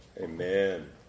Amen